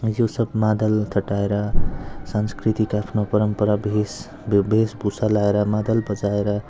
यो सब मादल ठटाएर सांस्कृतिक आफ्नो परम्परा भेष भे वेशभूषा लगाएर मादल बजाएर